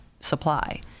supply